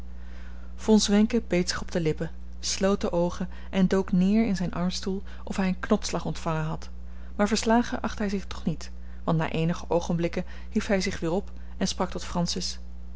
von zwenken beet zich op de lippen sloot de oogen en dook neer in zijn armstoel of hij een knodsslag ontvangen had maar verslagen achtte hij zich toch niet want na eenige oogenblikken hief hij zich weer op en sprak tot francis